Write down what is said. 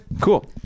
cool